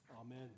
Amen